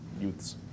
youths